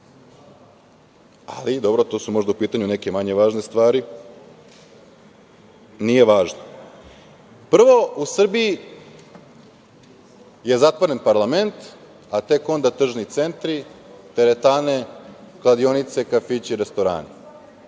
ali dobro, tu su možda u pitanju neke manje važne stvari, nije važno. Prvo, u Srbiji je zatvoren parlament, a tek onda tržni centri, teretane, kladionice, kafići, restorani,